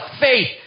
Faith